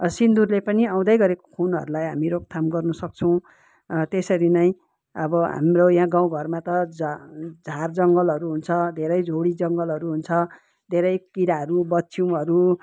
सिन्दुरले पनि आउँदैगरेको खुनहरूलाई हामी रोकथाम गर्नुसक्छौँ त्यसरी नै अब हाम्रो यहाँ गाउँघरमा त झा झारजङ्गलहरू हुन्छ धेरै झोडी जङ्गलहरू हुन्छ धेरै किराहरू बच्छिऊहरू